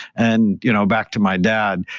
and you know back to my dad,